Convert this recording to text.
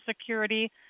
Security